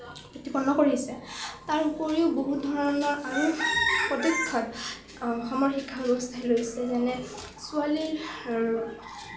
কৰিছে তাৰোপৰিও বহুত ধৰণৰ আৰু পদক্ষেপ অসমৰ শিক্ষা ব্যৱস্থাই লৈছে যেনে ছোৱালীৰ হাৰ